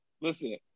listen